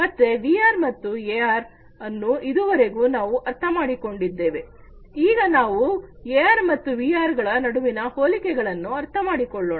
ಮತ್ತೆ ಎಆರ್ ಮತ್ತು ವಿಆರ್ ಅನ್ನು ಇದುವರೆಗೂ ನಾವು ಅರ್ಥಮಾಡಿಕೊಂಡಿದ್ದೇವೆ ಈಗ ನಾವು ಎಆರ್ ಮತ್ತು ವಿಆರ್ ಗಳ ನಡುವಿನ ಹೋಲಿಕೆಗಳನ್ನು ಅರ್ಥಮಾಡಿಕೊಳ್ಳೋಣ